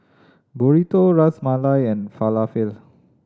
Burrito Ras Malai and Falafel